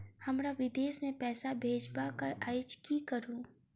हमरा विदेश मे पैसा भेजबाक अछि की करू?